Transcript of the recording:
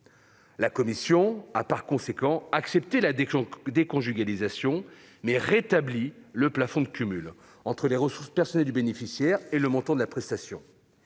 La commission a par conséquent accepté la déconjugalisation, mais rétabli le plafond de cumul entre les ressources personnelles du bénéficiaire et le montant de la prestation.